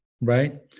right